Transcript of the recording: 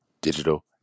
digital